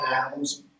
animals